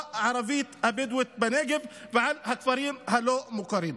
הערבית הבדואית בנגב ועל הכפרים הלא-מוכרים.